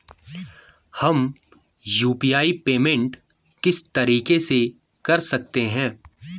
हम UPI payment किस तरीके से कर सकते हैं?